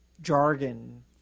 jargon